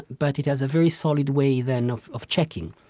but it has a very solid way, then, of of checking.